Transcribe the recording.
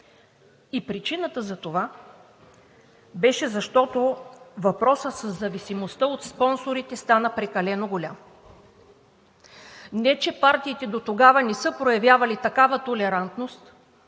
и причината за това беше, че въпросът със зависимостта от спонсорите стана прекалено голям. Не че партиите дотогава не са проявявали такава толерантност,